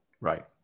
Right